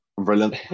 Brilliant